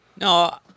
No